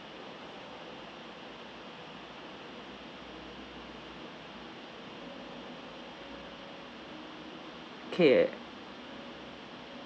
okay